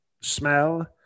smell